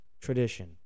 Tradition